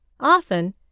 Often